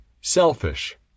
selfish